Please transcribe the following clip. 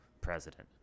president